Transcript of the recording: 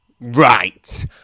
Right